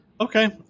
Okay